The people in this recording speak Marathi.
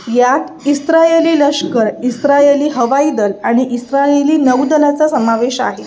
यात इस्रायली लष्कर इस्रायली हवाईदल आणि इस्रायली नौदलाचा समावेश आहे